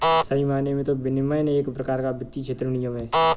सही मायने में तो विनियमन एक प्रकार का वित्तीय क्षेत्र में नियम है